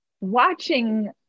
watching